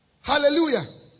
Hallelujah